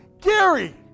Gary